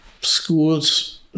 schools